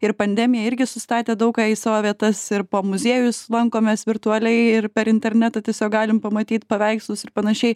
ir pandemija irgi sustatė daug ką į savo vietas ir po muziejus lankomės virtualiai ir per internetą tiesiog galim pamatyt paveikslus ir panašiai